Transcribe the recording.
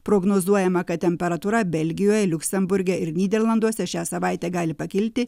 prognozuojama kad temperatūra belgijoj liuksemburge ir nyderlanduose šią savaitę gali pakilti